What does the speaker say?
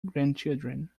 grandchildren